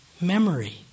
memory